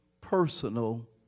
personal